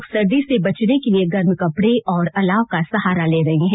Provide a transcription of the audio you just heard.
लोग सर्दी से बचने के लिये गर्म कपडे और अलाव का सहारा ले रहे है